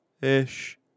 Ish